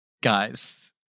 guys